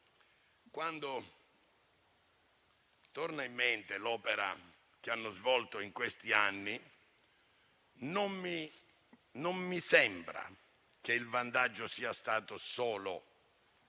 Quando torna in mente l'opera che hanno svolto in questi anni, non mi sembra che il vantaggio sia stato solo